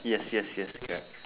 yes yes yes correct